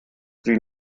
sie